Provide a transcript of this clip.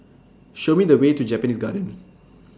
Show Me The Way to Japanese Garden